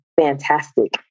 fantastic